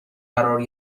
قرار